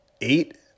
eight